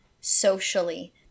socially